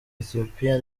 ethiopia